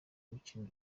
mikino